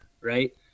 right